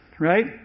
right